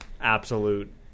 absolute